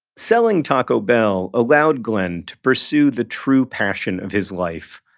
selling taco bell allowed glen to pursue the true passion of his life,